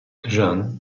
jean